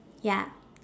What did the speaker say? ya